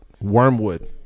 wormwood